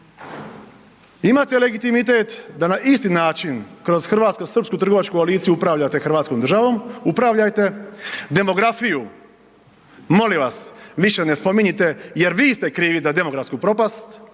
imate legitimitet da na isti način kroz hrvatsko-srpsku trgovačku koaliciju upravljate Hrvatskom državom, upravljajte. Demografiju, molim vas više ne spominjite jer vi ste krivi za demografsku propast.